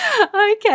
okay